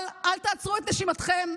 אבל אל תעצרו את נשימתכם.